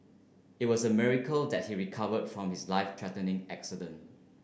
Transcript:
it was a miracle that he recovered from his life threatening accident